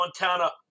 Montana